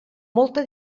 molta